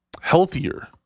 healthier